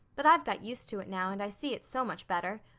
but i've got used to it now and i see it's so much better.